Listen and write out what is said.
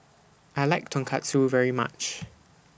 I like Tonkatsu very much